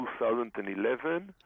2011